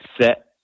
set